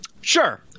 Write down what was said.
Sure